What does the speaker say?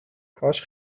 کاش